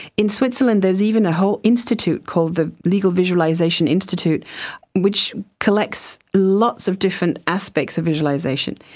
in switzerland there is even a whole institute called the legal visualisation institute which collects lots of different aspects of visualisation.